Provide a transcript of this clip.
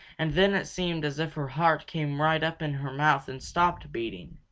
and then it seemed as if her heart came right up in her mouth and stopped beating.